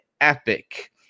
epic